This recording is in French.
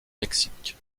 mexique